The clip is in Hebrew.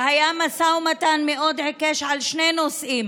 והיה משא ומתן מאוד עיקש על שני נושאים.